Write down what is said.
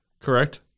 correct